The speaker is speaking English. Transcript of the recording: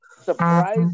surprise